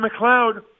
McLeod